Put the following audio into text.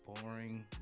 boring